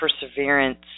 perseverance